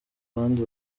abandi